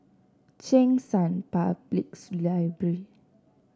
Cheng San Public Library